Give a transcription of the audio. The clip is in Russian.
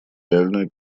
реальную